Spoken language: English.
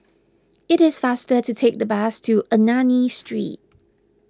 it is faster to take the bus to Ernani Street